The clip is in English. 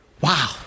Wow